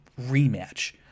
rematch